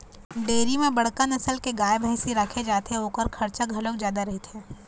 dairy म बड़का नसल के गाय, भइसी राखे जाथे अउ ओखर खरचा घलोक जादा रहिथे